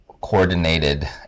coordinated